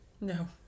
no